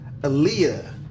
Aaliyah